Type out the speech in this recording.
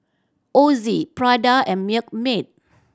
Ozi Prada and Milkmaid